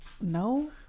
No